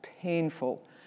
painful